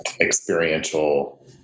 experiential